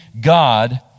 God